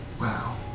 wow